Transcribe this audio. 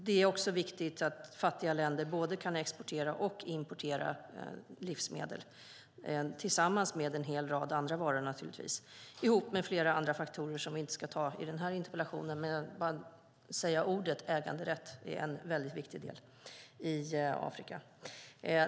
Det är viktigt att fattiga länder kan både exportera och importera livsmedel tillsammans med en hel rad andra varor - ihop med flera andra faktorer som vi inte ska ta upp i denna interpellationsdebatt. Men jag vill i alla fall säga ordet äganderätt, för det är en viktig del i Afrika.